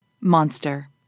Monster